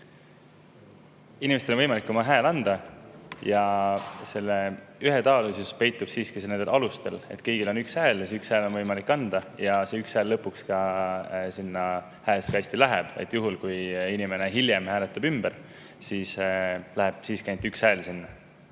Inimestel on võimalik oma hääl anda ja selle ühetaolisus peitub siiski nendes alustes, et kõigil on üks hääl ja see üks hääl on võimalik anda. See üks hääl lõpuks ka hääletuskasti läheb. Juhul kui inimene hiljem hääletab ümber, ka siis sinna läheb siiski ainult üks hääl.